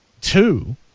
Two